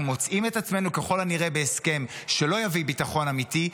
אנחנו מוצאים את עצמנו ככל הנראה בהסכם שלא יביא ביטחון אמיתי,